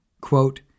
Quote